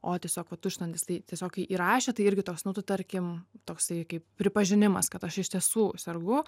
o tiesiog vat tuštinantis tai tiesiog kai įrašė tai irgi toks nu tu tarkim toksai kaip pripažinimas kad aš iš tiesų sergu